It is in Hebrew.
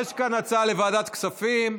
יש כאן הצעה לוועדת הכספים.